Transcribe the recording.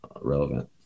relevant